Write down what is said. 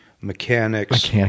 Mechanics